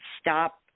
stop